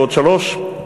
בעוד שלוש שנים,